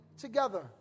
together